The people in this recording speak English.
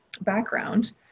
background